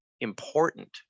important